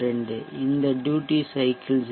72 இந்த duty cycle 0